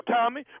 Tommy